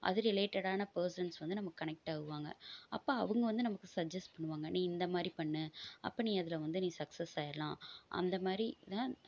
அது ரிலேட்டடான பர்சன்ஸ் வந்து நமக்கு கனெக்ட் ஆகுவாங்க அப்போ அவங்க வந்து நமக்கு சஜ்ஜஸ் பண்ணுவாங்க நீ இந்த மாதிரி பண்ணு அப்போ நீ அதில் வந்து நீ சக்சஸ் ஆயிடலாம் அந்த மாதிரி தான்